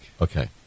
Okay